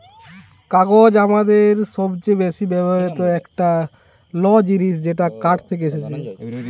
কাগজ আমাদের সবচে বেশি ব্যবহৃত একটা ল জিনিস যেটা কাঠ থেকে আসছে